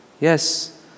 Yes